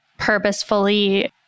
purposefully